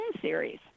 series